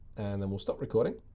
and then we'll stop recording.